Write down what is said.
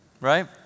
right